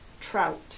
trout